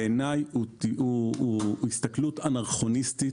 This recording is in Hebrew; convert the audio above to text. בעיניי זאת הסתכלות אנכרוניסטית.